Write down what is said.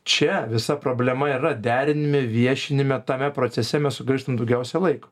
čia visa problema ir yra deriname viešinime tame procese mes sugaištam daugiausia laiko